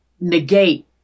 negate